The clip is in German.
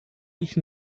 ich